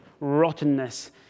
rottenness